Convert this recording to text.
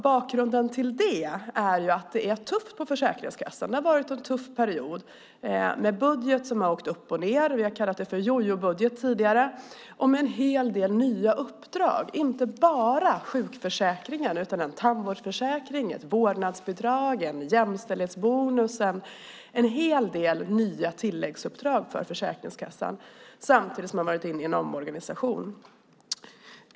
Bakgrunden till det är ju att det är tufft på Försäkringskassan. Det har varit en tuff period med en budget som har åkt upp och ned - vi har kallat det för jojobudget tidigare - och med en hel del nya uppdrag. Det är inte bara sjukförsäkringen utan även en tandvårdsförsäkring, ett vårdnadsbidrag, en jämställdhetsbonus och en hel del nya tilläggsuppdrag som lagts på Försäkringskassan samtidigt som man har varit inne i en omorganisation.